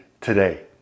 today